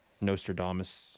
Nostradamus